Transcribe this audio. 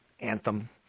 Anthem